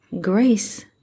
grace